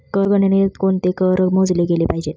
कर गणनेत कोणते कर मोजले गेले पाहिजेत?